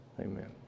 amen